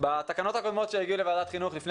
בתקנות הקודמות שהגיעו לוועדת החינוך לפני